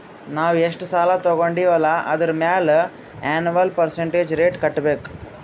ನಾವ್ ಎಷ್ಟ ಸಾಲಾ ತೊಂಡಿವ್ ಅಲ್ಲಾ ಅದುರ್ ಮ್ಯಾಲ ಎನ್ವಲ್ ಪರ್ಸಂಟೇಜ್ ರೇಟ್ ಕಟ್ಟಬೇಕ್